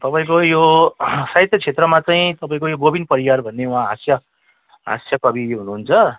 तपाईँको यो साहित्य क्षेत्रमा चाहिँ तपाईँको यो गोबिन परियार भन्ने उहाँ हाँस्य हाँस्य कवि हुनुहुन्छ